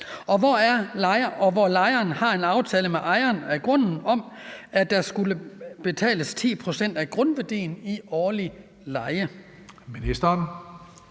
og hvor lejeren har en aftale med ejeren af grunden om at skulle betale 10 pct. af grundværdien i årlig leje? Kl.